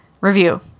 Review